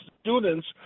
students